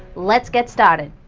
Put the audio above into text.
let's get started.